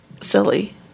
silly